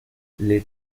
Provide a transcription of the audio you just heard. les